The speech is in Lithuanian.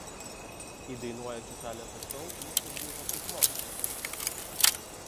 į dainuojančių talentų šou jis sugrįžo kaip mokytojas